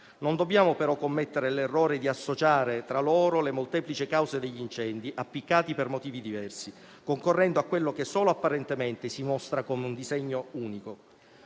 Non dobbiamo commettere, però, l'errore di associare tra loro le molteplici cause degli incendi appiccati per motivi diversi concorrendo a ciò che solo apparentemente si mostra come un disegno unico.